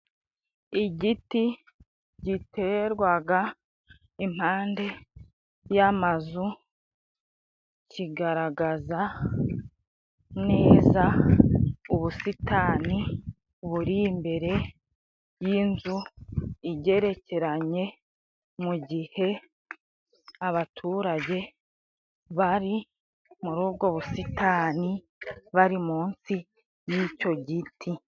Igiti giterwaga impande y'amazu kigaragaza neza ubusitani buri imbere y'inzu igerekeranye, mu gihe abaturage bari muri ubwo busitani bari munsi y'icyo giti.